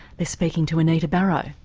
they're speaking to anita barraud.